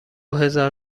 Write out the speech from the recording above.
هزار